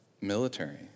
military